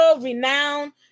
renowned